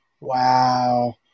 wow